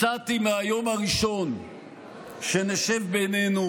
הצעתי מהיום הראשון שנשב בינינו,